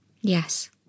Yes